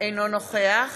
אינו נוכח